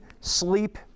sleep